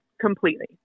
completely